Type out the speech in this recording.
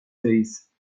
face